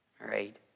Right